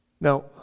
Now